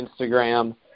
Instagram